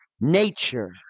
nature